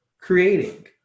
creating